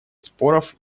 споров